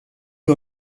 wir